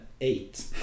eight